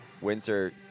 winter